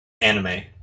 anime